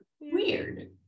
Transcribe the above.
Weird